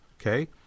Okay